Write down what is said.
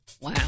Wow